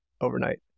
overnight